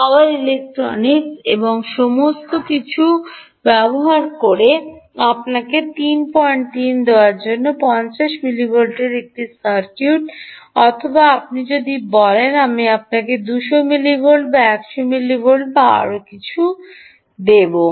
পাওয়ার electronics এবং সমস্ত কিছু ব্যবহার করে আপনাকে 33 দেওয়ার জন্য 50 মিলিভোল্টের একটি সার্কিট অথবা আপনি যদি বলেন আমি আপনাকে 200 মিলিভোল্ট বা 100 মিলিভোল্ট এবং আরও কিছু দেব